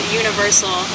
universal